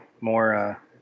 more